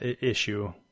issue